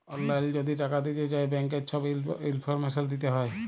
অললাইল যদি টাকা দিতে চায় ব্যাংকের ছব ইলফরমেশল দিতে হ্যয়